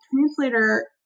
translator